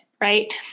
Right